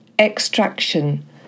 extraction